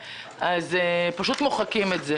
פשוט מוחקים את זה.